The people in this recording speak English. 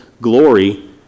glory